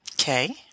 Okay